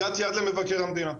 הגעתי עד למבקר המדינה,